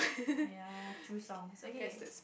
ya two songs okay